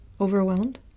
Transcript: Overwhelmed